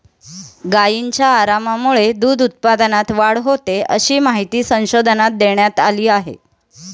गायींच्या आरामामुळे दूध उत्पादनात वाढ होते, अशी माहिती संशोधनात देण्यात आली आहे